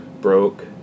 broke